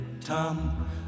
Tom